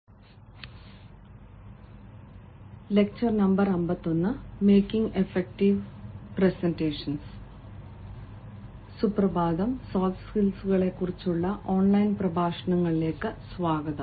സുപ്രഭാതം സുഹൃത്തുക്കളേ സോഫ്റ്റ് സ്കില്ലുകളെക്കുറിച്ചുള്ള ഓൺലൈൻ പ്രഭാഷണങ്ങളിലേക്ക് സ്വാഗതം